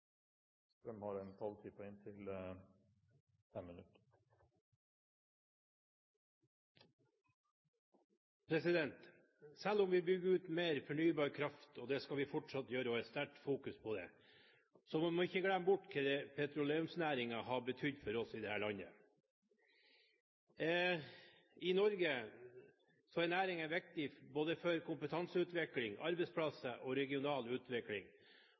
strøm fra urenset gasskraftverk og uten CO2-avgifter. Selv om vi bygger ut mer fornybar kraft – det skal vi fortsatt gjøre og ha sterkt fokus på – må vi ikke glemme bort hva petroleumsnæringen har betydd for oss i dette landet. I Norge er næringen viktig både for kompetanseutvikling, arbeidsplasser og regional utvikling